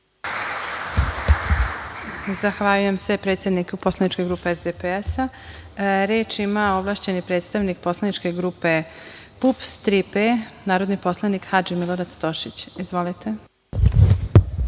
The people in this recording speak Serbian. Zahvaljujem se predsedniku poslaničke grupe SDPS.Reč ima ovlašćeni predstavnik poslaničke grupe PUPS – „Tri P“, narodni poslanik Hadži Milorad Stošić. **Hadži